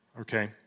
Okay